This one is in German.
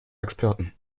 experten